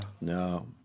No